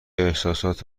احساسات